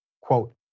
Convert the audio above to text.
quote